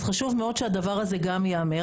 אז חשוב מאוד שהדבר הזה גם ייאמר,